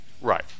Right